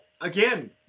again